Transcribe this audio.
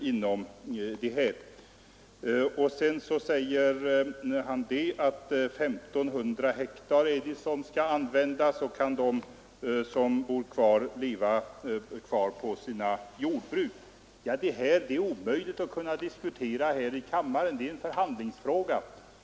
Herr Lindahl säger vidare att det är I 500 hektar som skall användas och frågar om de som bor kvar skall leva på sina jordbruk. Det är omöjligt att diskutera här i kammaren — det är en förhandlingsfråga.